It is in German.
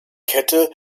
kette